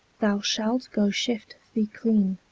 thou shalt go shift thee cleane.